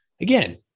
again